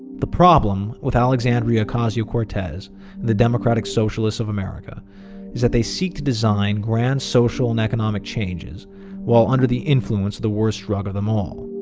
the problem with alexandria ocasio-cortez and the democratic socialists of america is that they seek to design grand social and economic changes while under the influence of the worst drug of them all,